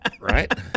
right